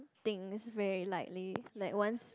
things very lightly like once